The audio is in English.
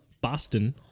Boston